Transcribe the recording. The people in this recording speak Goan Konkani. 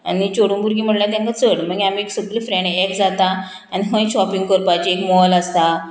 आनी चेडूं भुरगीं म्हणल्यार तेंका चड मागीर आमी सगळीं फ्रेंड एक जाता आनी खंय शॉपिंग करपाची हूंय मॉल आसता